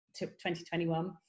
2021